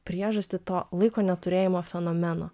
priežastį to laiko neturėjimo fenomeno